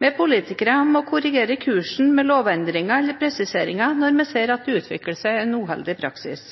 Vi politikere må korrigere kursen med lovendringer eller presiseringer når vi ser at det utvikler seg en uheldig praksis.